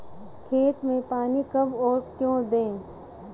खेत में पानी कब और क्यों दें?